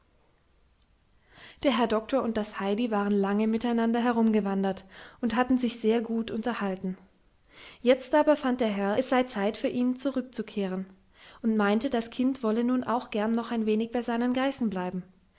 der herr doktor und das heidi waren lange miteinander herumgewandert und hatten sich sehr gut unterhalten jetzt aber fand der herr es sei zeit für ihn zurückzukehren und meinte das kind wolle nun auch gern noch ein wenig bei seinen geißen bleiben